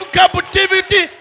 captivity